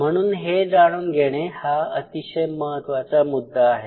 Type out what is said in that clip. म्हणून हे जाणून घेणे हा अतिशय महत्त्वाचा मुद्दा आहे